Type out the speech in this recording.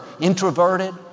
introverted